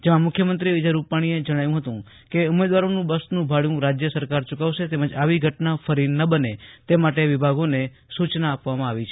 જેમાં મુખ્યમંત્રી વિજય રૂપાણીએ જણાવ્યું હતુ કે ઉમેદવારોનું બસનું ભાડું રાજ્ય સરકાર ચુકવશે તેમજ આવી ઘટના ફરી ન બને તે માટે વિભાગોને સૂચના આપવામાં આવી છે